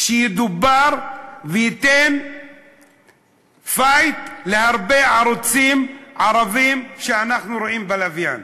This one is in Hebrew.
שידובר וייתן "פייט" להרבה ערוצים ערביים שאנחנו רואים בלוויין.